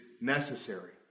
necessary